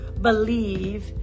believe